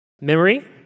Memory